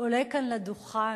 עולה כאן לדוכן